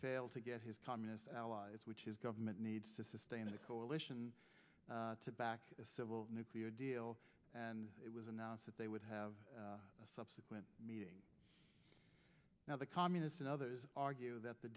failed to get his time as allies which his government needs to sustain a coalition to back the civil nuclear deal and it was announced that they would have a subsequent meeting now the communists and others argue that the